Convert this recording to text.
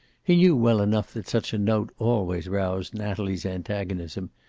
he knew well enough that such a note always roused natalie's antagonism,